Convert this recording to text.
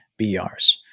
BRs